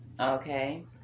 Okay